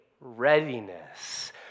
readiness